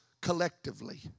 collectively